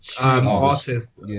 artist